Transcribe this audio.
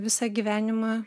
visą gyvenimą